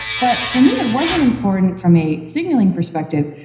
but for me, it wasn't important from a signaling perspective.